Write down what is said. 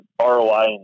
ROI